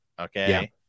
Okay